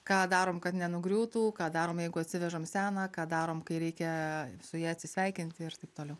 ką darom kad nenugriūtų ką darom jeigu atsivežam seną ką darom kai reikia su ja atsisveikinti ir taip toliau